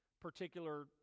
particular